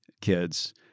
kids